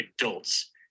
adults